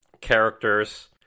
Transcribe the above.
characters